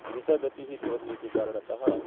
द्रुतगतिः भवति इति कारणतः